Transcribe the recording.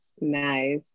nice